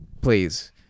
please